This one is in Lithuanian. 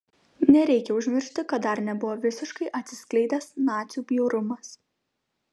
nereikia užmiršti kad dar nebuvo visiškai atsiskleidęs nacių bjaurumas